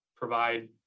provide